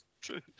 True